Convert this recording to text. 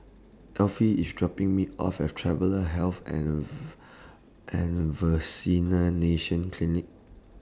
Effie IS dropping Me off At Travellers' Health and and Vaccination Clinic